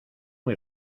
muy